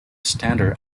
standard